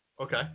Okay